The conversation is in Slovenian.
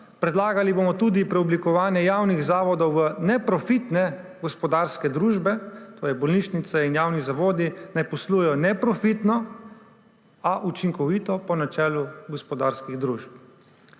Predlagali bomo tudi preoblikovanje javnih zavodov v neprofitne gospodarske družbe, torej bolnišnice in javni zavodi naj poslujejo neprofitno, a učinkovito, po načelu gospodarskih družb.